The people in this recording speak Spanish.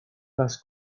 las